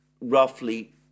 roughly